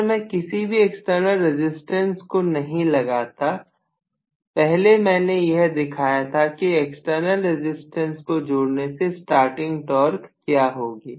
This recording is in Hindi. अगर मैं किसी भी एक्सटर्नल रेजिस्टेंस को नहीं लगाता पहले मैंने यह दिखाया कि एक्सटर्नल रेजिस्टेंस को जोड़ने से स्टार्टिंग टॉर्क क्या होगी